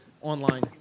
online